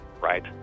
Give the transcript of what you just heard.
right